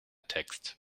text